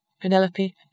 Penelope